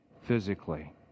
physically